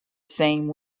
same